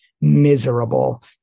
miserable